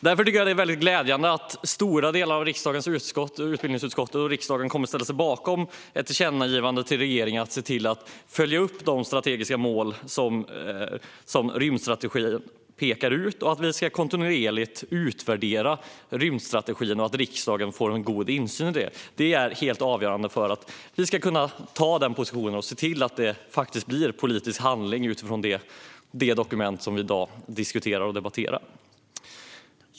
Därför tycker jag att det är glädjande att stora delar av utbildningsutskottet och riksdagen kommer att ställa sig bakom ett tillkännagivande till regeringen om att följa upp de strategiska mål som rymdstrategin pekar ut, kontinuerligt utvärdera rymdstrategin och ge riksdagen god insyn i detta. Det är helt avgörande för att vi ska kunna behålla vår position och se till att det blir politisk handling av det dokument som vi i dag diskuterar och debatterar.